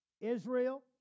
Israel